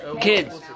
Kids